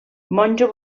monjo